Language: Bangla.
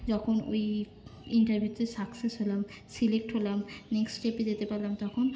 যখন ওই ইন্টারভিউতে সাকসেস হলাম সিলেক্ট হলাম নেক্সট স্টেপে যেতে পারলাম তখন